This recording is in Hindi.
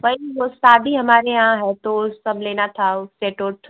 कल शादी हमारे यहाँ है तो सब लेना था सेट उट